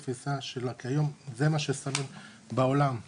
וכיום זה מה ששמים בעולם,